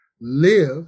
live